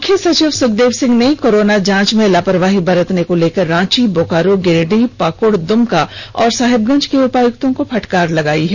मुख्य सचिव सुखदेव सिंह ने कोरोना जांच में लापरवाही बरतने को लेकर रांची बोकारो गिरिडीह पाकुड़ दुमका और साहिबगंज के उपयुक्तों को फटकार लगायी है